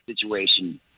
situation